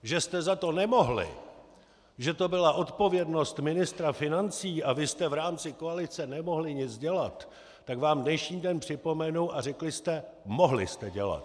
že jste za to nemohli, že to byla odpovědnost ministra financí a vy jste v rámci koalice nemohli nic dělat, tak vám dnešní den připomenu a řeknu: Mohli jste dělat!